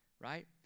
right